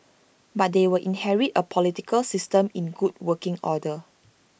but they will inherit A political system in good working order